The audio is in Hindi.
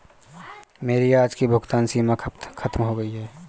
मेरी आज की भुगतान सीमा खत्म हो गई है